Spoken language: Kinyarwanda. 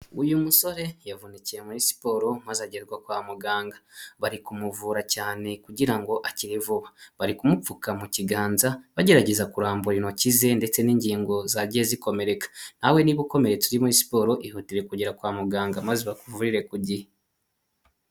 Uyu musore yavunikiye muri siporo maze agerwa kwa muganga, bari kumuvura cyane kugira ngo akire vuba, bari kumupfuka mu kiganza bagerageza kurambura intoki ze ndetse n'ingingo zagiye zikomereka. Nawe niba ukomeye turi muri siporo ihutira kugera kwa muganga maze bakuvurire ku gihe.